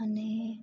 અને